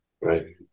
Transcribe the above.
right